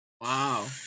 Wow